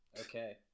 Okay